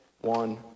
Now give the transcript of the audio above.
one